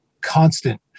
constant